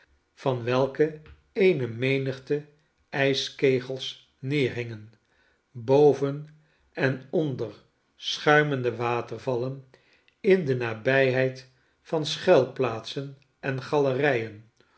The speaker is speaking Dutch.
van welke eene menigte ijskegels neerhingen boven en onder schuimende watervallen in de nabijheid van schuilplaatsen en galerijen